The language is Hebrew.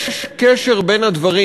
יש קשר בין הדברים.